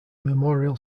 memorial